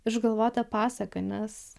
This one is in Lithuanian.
išgalvota pasaka nes